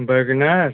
Wagon R